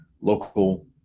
local